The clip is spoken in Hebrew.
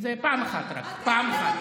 זו רק פעם אחת.